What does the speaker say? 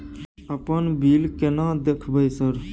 अपन बिल केना देखबय सर?